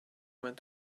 went